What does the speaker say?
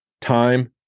Time